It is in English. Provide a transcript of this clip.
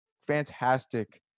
fantastic